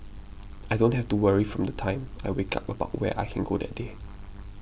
I don't have to worry from the time I wake up about where I can go that day